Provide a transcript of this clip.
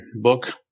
book